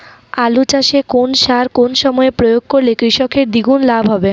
আলু চাষে কোন সার কোন সময়ে প্রয়োগ করলে কৃষকের দ্বিগুণ লাভ হবে?